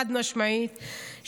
חד-משמעית,